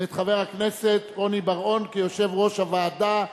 ואת חבר הכנסת רוני בר-און כיושב-ראש הוועדה,